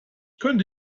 könnte